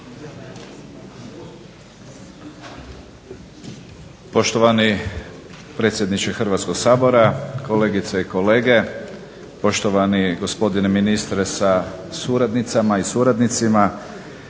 Poštovani predsjedniče Hrvatskog sabora, kolegice i kolege, poštovani gospodine ministre sa suradnicama i suradnicima.